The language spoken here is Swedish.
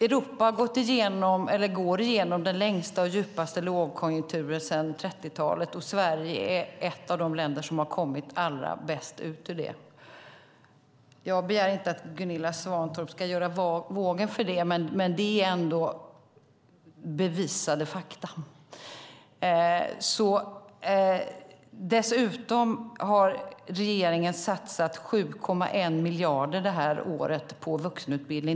Europa går igenom den längsta och djupaste lågkonjunkturen sedan 30-talet, och Sverige är ett av de länder som kommit allra bäst ut ur den. Jag begär inte att Gunilla Svantorp ska göra vågen för det, men det är bevisade fakta. Dessutom har regeringen det här året satsat 7,3 miljarder på vuxenutbildning.